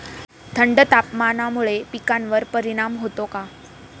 थंड तापमानामुळे पिकांवर परिणाम होतो का?